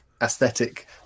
aesthetic